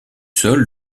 sol